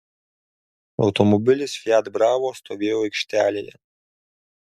automobilis fiat bravo stovėjo aikštelėje